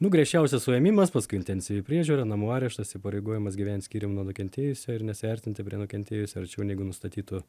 nu griežčiausia suėmimas paskui intensyvi priežiūra namų areštas įpareigojimas gyvent skyrium nuo nukentėjusiojo ir nesiartinti prie nukentėjusiojo arčiau negu nustatytu